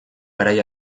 garai